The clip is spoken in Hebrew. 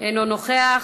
אינו נוכח,